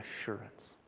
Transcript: assurance